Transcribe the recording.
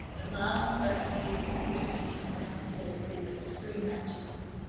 that man in certain states appears to be insensible to his extreme wretchedness,